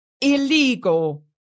illegal